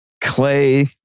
Clay